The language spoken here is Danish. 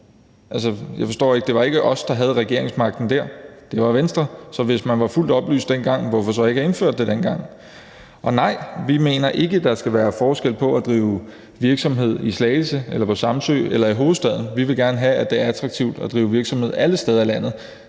2018. Jeg forstår det ikke, for det var ikke os, der havde regeringsmagten på det tidspunkt. Det var Venstre. Så hvis man dengang var fuldt oplyst, hvorfor indførte man det så ikke dengang? Nej, vi mener ikke, at der skal være forskel på at kunne drive virksomhed i Slagelse, på Samsø og i hovedstaden. Vi vil gerne have, at det er attraktivt at drive virksomhed alle steder i landet.